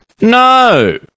No